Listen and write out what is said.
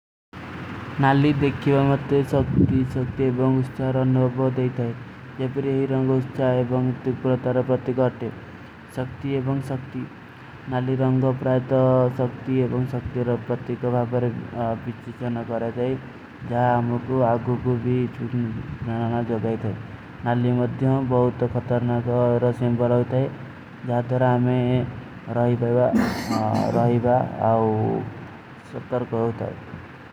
ନାଲୀ ଦେଖିଵା ମତ୍ତେ ସକ୍ତୀ, ସକ୍ତୀ ଏବଂଗ ଉସ୍ତା ରଣଵାଭୋ ଦେତା ହୈ। ଜବରିଯେ ଯହୀ ରଂଗ ଉସ୍ତା ଏବଂଗ ତୁକ୍ପୁଲତାର ପରତୀ ଗଟେ। ସକ୍ତୀ ଏବଂଗ ସକ୍ତୀ, ନାଲୀ ରଂଗ ପ୍ରାଯଦ ସକ୍ତୀ ଏବଂଗ ସକ୍ତୀ ରଫପତୀ କୋ ଭାପର ବିଚ୍ଚିଚନ କରେତା ହୈ। ଜବରିଯେ ଯହୀ ରଂଗ ଉସ୍ତା ରଂଗ ଉସ୍ତା ରଫପତୀ କୋ ଭାପର ବିଚ୍ଚିଚନ କରେତା ହୈ।